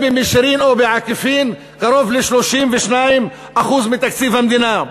במישרין או בעקיפין קרוב ל-32% מתקציב המדינה.